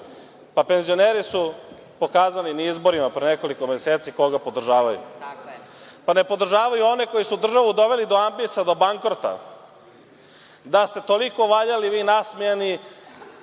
pa penzioneri su pokazali na izborima pre nekoliko meseci koga podržavaju. Ne podržavaju one koji su državu doveli do ambisa, do bankrota. Da ste toliko valjali, vi nasmejani,